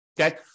Okay